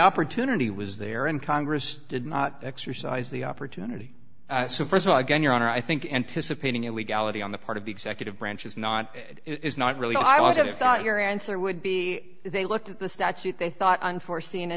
opportunity was there and congress did not exercise the opportunity so st of all again your honor i think anticipating illegality on the part of the executive branch is not is not really all i want it's got your answer would be they looked at the statute they thought unforeseen